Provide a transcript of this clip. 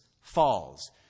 falls